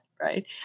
Right